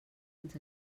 ens